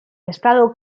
estado